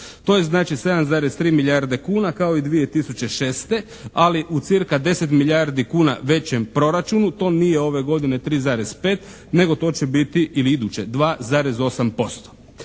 To je znači 7,3 milijarde kuna kao i 2006., ali u cirka 10 milijardi kuna većem proračunu, to nije ove godine 3,5 nego to će biti ili iduće 2,8%.